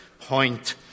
point